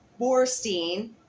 Borstein